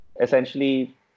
essentially